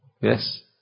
Yes